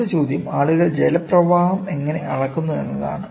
അടുത്ത ചോദ്യം ആളുകൾ ജലപ്രവാഹം എങ്ങനെ അളക്കുന്നു എന്നതാണ്